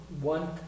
one